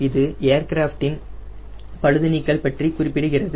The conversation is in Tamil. இது ஏர்கிராஃப்டின் பழுது நீக்கல் பற்றி குறிப்பிடுகிறது